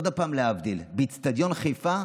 עוד פעם, להבדיל, באצטדיון חיפה,